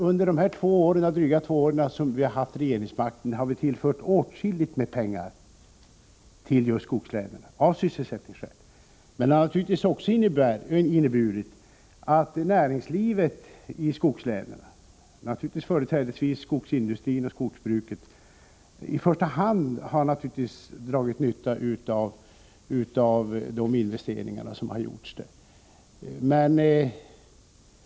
Under de drygt två år som vi socialdemokrater har haft regeringsmakten har vi tillfört åtskilliga summor till just skogslänen av sysselsättningsskäl. Det har naturligtvis också inneburit att näringslivet i skogslänen, företrädesvis skogsindustrin och skogsbruket, i första hand har dragit nytta av de investeringar som har gjorts där.